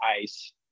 ice